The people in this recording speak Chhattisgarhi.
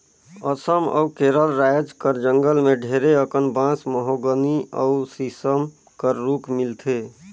असम अउ केरल राएज कर जंगल में ढेरे अकन बांस, महोगनी अउ सीसम कर रूख मिलथे